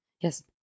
Yes